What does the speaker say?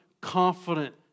confident